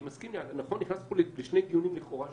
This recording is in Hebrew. אני מסכים שאני נכנס פה לשני דיונים לכאורה שונים,